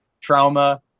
Trauma